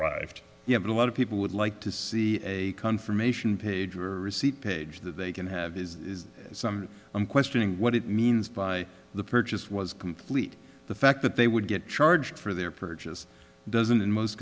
arrived you have a lot of people would like to see a confirmation page or receipt page that they can have is some i'm questioning what it means by the purchase was complete the fact that they would get charged for their purchase doesn't in most